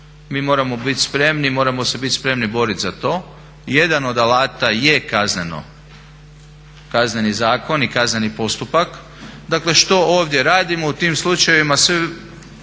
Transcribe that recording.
Mi moramo bit spremni, moramo se bit spremni borit za to. Jedan od alata je Kazneni zakon i kazneni postupak. Dakle što ovdje radimo u tim slučajevima?